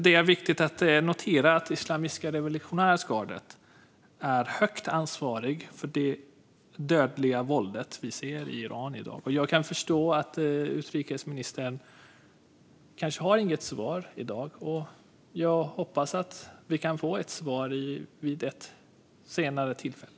Det är viktigt att notera att Islamiska revolutionsgardet har ett stort ansvar för det dödliga våldet vi ser i Iran. Jag förstår om utrikesministern inte har ett svar i dag, men jag hoppas att vi kan få ett svar vid ett senare tillfälle.